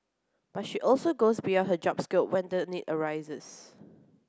but she also goes beyond her job scope when the need arises